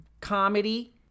comedy